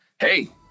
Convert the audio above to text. hey